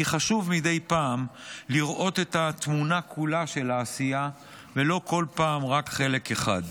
כי חשוב מדי פעם לראות את התמונה כולה של העשייה ולא כל פעם רק חלק אחד.